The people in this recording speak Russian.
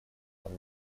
нам